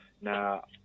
Now